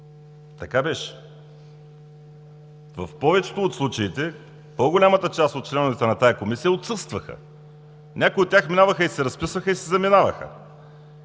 Така беше! В повечето от случаите по-голямата част от членовете на тази Комисия отсъстваха. Някои от тях минаваха, разписваха се и си заминаваха.